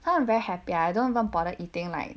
so I'm very happy I don't even bother eating like